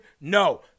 No